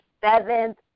seventh